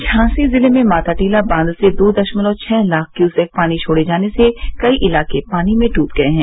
झांसी जिले में माता टीला बांध से दो दशमलव छह लाख क्यूसेक पानी छोड़े जाने से कई इलाके पानी में डूब गए हैं